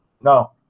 no